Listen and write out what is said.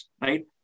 right